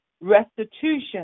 restitution